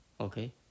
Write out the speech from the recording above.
Okay